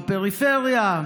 בפריפריה,